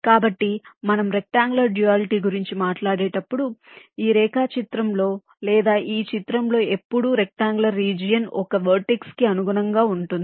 కాబట్టి మనం rectangular duality గురించి మాట్లాడేటప్పుడు ఈ రేఖాచిత్రంలో లేదా ఈ చిత్రంలో ఎప్పుడూ రెక్ట్అంగుళర్ రీజియన్ ఒక వెర్టెస్ కి అనుగుణంగా ఉంటుంది